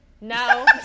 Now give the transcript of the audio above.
No